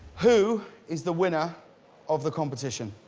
who is the winner of the competition?